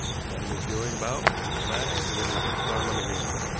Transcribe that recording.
i thought he was feeling about with the flag when we first saw him on the green.